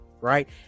right